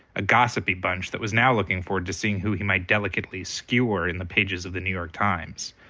a gossipy bunch that was now looking forward to seeing who he might delicately skewer in the pages of the new york times.